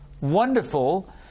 wonderful